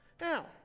Now